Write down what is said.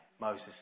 Moses